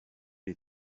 les